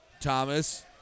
Thomas